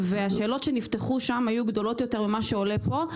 והשאלות שנשאלו שם היו גדולות יותר ממה שעולה פה.